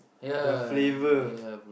the flavour